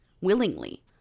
willingly